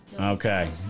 Okay